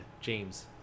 james